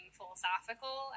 philosophical